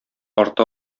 арты